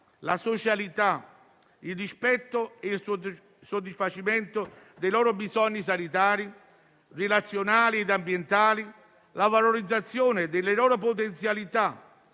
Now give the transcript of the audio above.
la socialità, il rispetto, il soddisfacimento dei loro bisogni sanitari, relazionali e ambientali, la valorizzazione delle loro potenzialità,